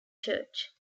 church